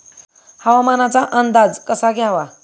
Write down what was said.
हवामानाचा अंदाज कसा घ्यावा?